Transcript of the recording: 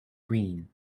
green